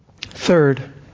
Third